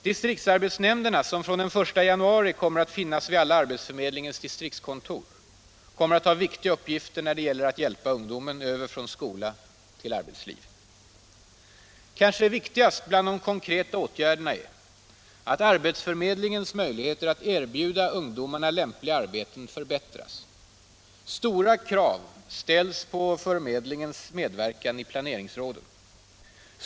Distriktsarbetsnämnderna, som från den 1 januari kommer att finnas vid alla arbetsförmedlingens distriktskontor, kommer att ha viktiga uppgifter när det gäller att hjälpa ungdomen över från skola till arbetsliv. Kanske viktigast bland de konkreta åtgärderna är att arbetsförmedlingens möjligheter att erbjuda ungdomarna lämpliga arbeten förbättras. Stora krav ställs på förmedlingens medverkan i planeringsråden.